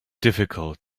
difficult